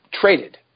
traded